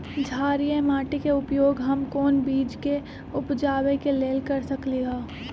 क्षारिये माटी के उपयोग हम कोन बीज के उपजाबे के लेल कर सकली ह?